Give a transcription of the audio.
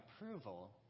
approval